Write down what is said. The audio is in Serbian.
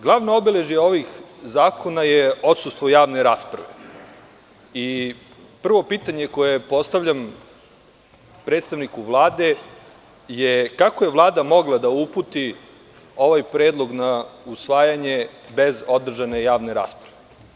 Glavno obeležje ovih zakona je odsustvo javne rasprave i prvo pitanje koje postavljam predstavniku Vlade je - kako je Vlada mogla da uputi ovaj predlog na usvajanje bez održane javne rasprave?